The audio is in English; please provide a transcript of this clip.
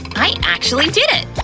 i actually did it!